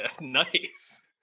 nice